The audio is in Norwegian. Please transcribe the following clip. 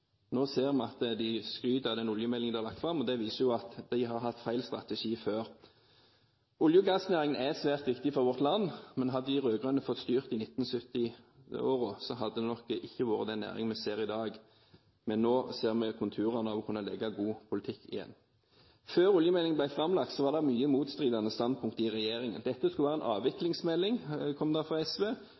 Nå ser vi at de skryter av den oljemeldingen de har lagt fram. Det viser jo at de har hatt feil strategi før. Olje- og gassnæringen er svært viktig for vårt land, men hadde de rød-grønne fått styre i 1970-årene, hadde nok ikke den næringen vært slik vi ser den i dag. Nå ser vi konturene av å kunne legge god politikk igjen. Før oljemeldingen ble framlagt, var det mange motstridende standpunkter i regjeringen. Dette skulle være en avviklingsmelding, kom det fra SV.